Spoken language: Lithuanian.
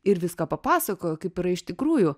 ir viską papasakojo kaip yra iš tikrųjų